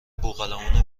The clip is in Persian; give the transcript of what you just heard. بوقلمون